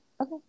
Okay